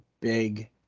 big